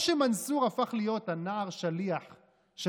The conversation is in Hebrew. או שמנסור הפך להיות הנער השליח של